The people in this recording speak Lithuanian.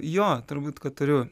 jo turbūt kad turiu